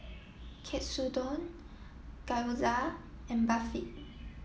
Katsudon Gyoza and Barfi